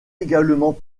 également